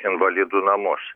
invalidų namus